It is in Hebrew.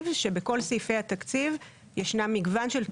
שבכל סעיפי התקציב ישנם מגוון של נושאים,